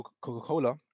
Coca-Cola